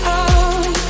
out